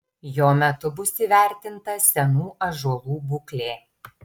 jo metu bus įvertinta senų ąžuolų būklė